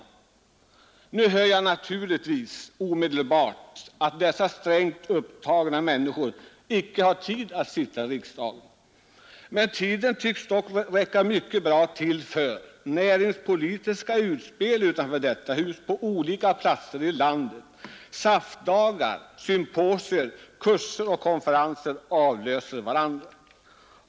Nu hör jag omedelbart invändas att dessa strängt upptagna människor icke har tid att sitta i riksdagen. Men tiden tycks dock räcka mycket bra till för näringspolitiska utspel utanför detta hus på olika platser i landet — SAF-dagar, symposier, kurser och konferenser avlöser varandra.